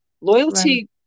loyalty